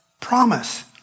promise